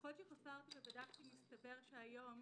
ככל שחזרתי ובדקתי מסתבר שהיום,